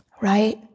right